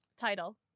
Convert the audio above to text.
title